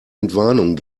entwarnung